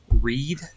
read